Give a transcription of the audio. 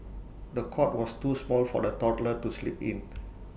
the cot was too small for the toddler to sleep in